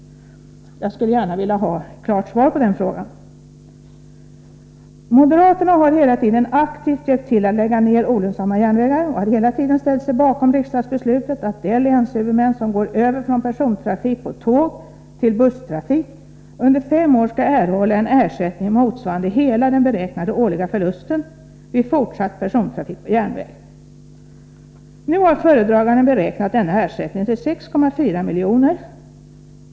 Jag skulle gärna vilja ha ett klart svar på den frågan. Moderaterna har hela tiden aktivt hjälpt till att lägga ner olönsamma järnvägar och har hela tiden ställt sig bakom riksdagsbeslutet att de länshuvudmän som går över från persontrafik på tåg till busstrafik under fem år skall erhålla en ersättning motsvarande hela den beräknade årliga förlusten vid fortsatt persontrafik på järnväg. Nu har föredraganden beräknat denna ersättning till 6,4 milj.kr.